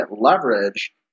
leverage